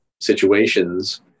situations